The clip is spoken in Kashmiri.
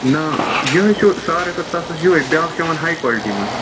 نا یِہَے چھُو ساروٕے کھۄتہٕ سَستہٕ چھُ یِہےَ بیٛاکھ چھُ یِوان ہاے کالٹی منٛز